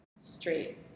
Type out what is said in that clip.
straight